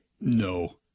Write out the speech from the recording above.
no